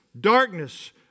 darkness